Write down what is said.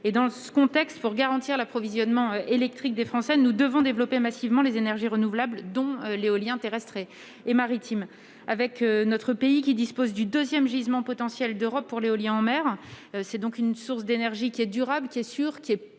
et, dans ce contexte, pour garantir l'approvisionnement électrique des Français, nous devons développer massivement les énergies renouvelables, dont l'éolien terrestre et maritime. Notre pays dispose du deuxième gisement potentiel d'Europe pour l'éolien en mer. Cette source d'énergie, durable, sûre, compétitive